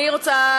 אני רוצה